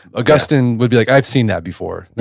augustine would be like i've seen that before